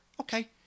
Okay